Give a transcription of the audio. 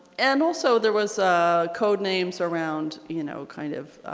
and also there was a code names around you know kind of